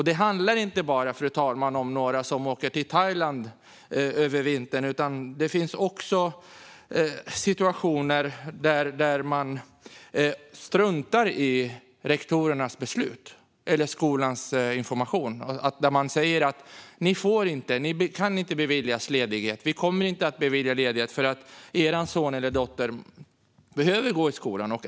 Det handlar inte bara, fru talman, om några som åker till Thailand under vintern, utan det finns också situationer där man struntar i rektorns beslut eller skolans information som säger: Vi kommer inte att bevilja ledighet, för er son eller dotter behöver gå i skolan.